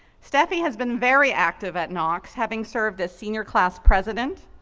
steffi has been very active at knox having served as senior class president,